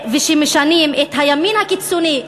ומשנים את הימין הקיצוני,